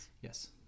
Yes